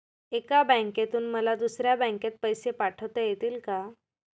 एका बँकेतून मला दुसऱ्या बँकेत पैसे पाठवता येतील का?